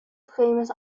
famous